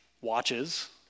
watches